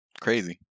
Crazy